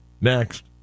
next